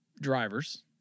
drivers